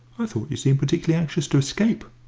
i thought you seemed particularly anxious to escape,